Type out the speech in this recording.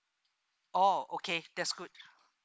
oh okay that's good